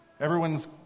everyone's